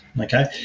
okay